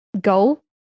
goal